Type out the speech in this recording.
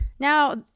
Now